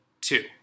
Two